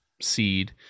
seed